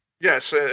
Yes